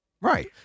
Right